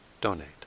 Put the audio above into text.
donate